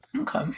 okay